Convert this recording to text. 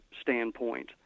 standpoint